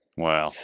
Wow